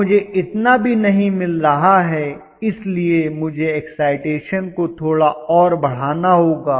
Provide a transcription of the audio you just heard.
अब मुझे इतना भी नहीं मिल रहा है इसलिए मुझे एक्साइटेशन को थोड़ा और बढ़ाना होगा